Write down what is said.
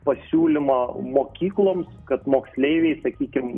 pasiūlymą mokykloms kad moksleiviai sakykim